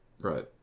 Right